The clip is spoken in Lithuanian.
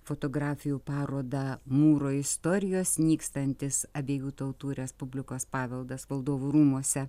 fotografijų parodą mūro istorijos nykstantis abiejų tautų respublikos paveldas valdovų rūmuose